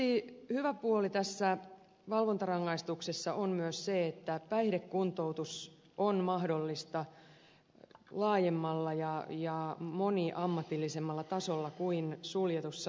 yksi hyvä puoli tässä valvontarangaistuksessa on myös se että päihdekuntoutus on mahdollista laajemmalla ja moniammatillisemmalla tasolla kuin suljetussa vankilassa